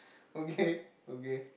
okay okay